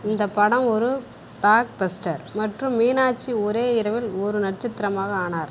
இந்த படம் ஒரு ப்ளாக்பஸ்டர் மற்றும் மீனாட்சி ஒரே இரவில் ஒரு நட்சத்திரமாக ஆனார்